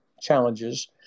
challenges